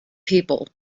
people